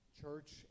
church